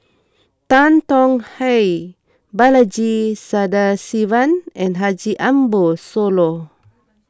Tan Tong Hye Balaji Sadasivan and Haji Ambo Sooloh